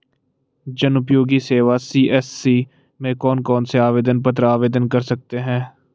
जनउपयोगी सेवा सी.एस.सी में कौन कौनसे आवेदन पत्र आवेदन कर सकते हैं?